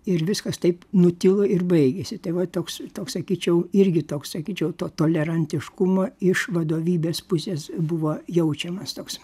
ir viskas taip nutilo ir baigėsi tai va toks toks sakyčiau irgi toks sakyčiau to tolerantiškumo iš vadovybės pusės buvo jaučiamas toks